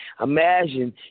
Imagine